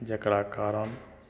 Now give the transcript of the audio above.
जेकरा कारण